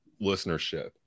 listenership